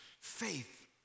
faith